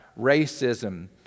Racism